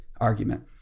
argument